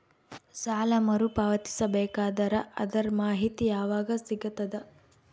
ಸಾಲ ಮರು ಪಾವತಿಸಬೇಕಾದರ ಅದರ್ ಮಾಹಿತಿ ಯವಾಗ ಸಿಗತದ?